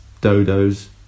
Dodos